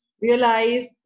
realize